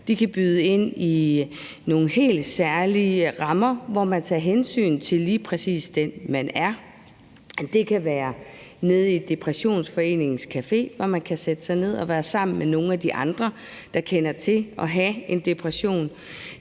De kan byde ind i nogle helt særlige rammer, hvor de tager hensyn til lige præcis den, man er. Det kan være DepressionForeningens café, hvor man kan sætte sig ned og være sammen med nogle af de andre, der kender til det at have en depression.